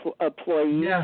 employees